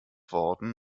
worden